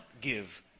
give